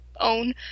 own